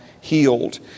healed